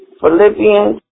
Philippians